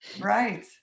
Right